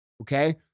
okay